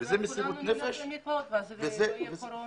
אז אולי כולנו נלך למקוואות ולא תהיה קורונה.